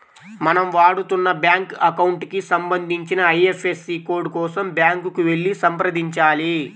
మనం వాడుతున్న bank account కి సంబంధించిన ఐ.ఎఫ్.ఎస్.సి కోడ్ కోసం బ్యాంకుకి వెళ్లి సంప్రదించాలి